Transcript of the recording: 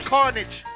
Carnage